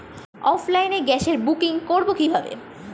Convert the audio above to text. অফলাইনে গ্যাসের বুকিং করব কিভাবে?